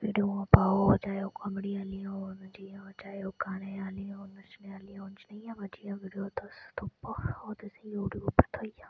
video आं पाओ चाहे ओह् कामेडी आहलियां होन चाहे जि'यां ओह् गाने आह्लियां होन जि'यां मर्जी होन वीडियो तुस तुप्पो ओह् तुसेंगी यू टयूब उप्पर थ्होई जाना